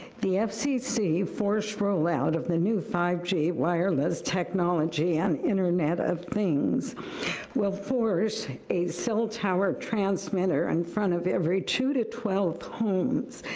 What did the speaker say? the fcc forced roll out of the new five g wireless technology and internet of things will force a cell tower transmitter in and front of every two to twelve homes,